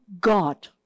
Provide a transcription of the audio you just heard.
God